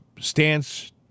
stance